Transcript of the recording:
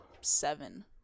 seven